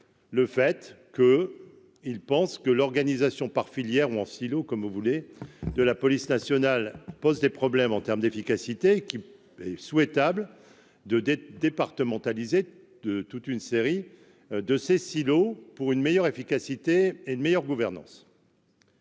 Le fait que ils pensent que l'organisation par filière ou en Momcilo comme vous voulez, de la police nationale, pose des problèmes en terme d'efficacité qu'il est souhaitable de dettes départementaliser de toute une série de Cécile silos pour une meilleure efficacité et une meilleure gouvernance.